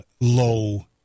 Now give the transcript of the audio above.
low